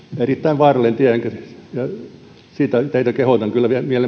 erittäin vaarallinen tie ja sitä teitä kehotan kyllä vielä